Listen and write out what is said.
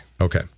Okay